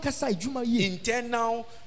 Internal